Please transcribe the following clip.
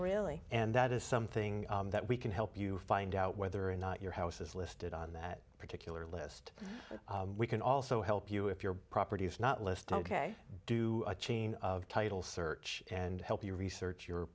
really and that is something that we can help you find out whether or not your house is listed on that particular list we can also help you if your property is not listed ok do a chain of title search and help you research your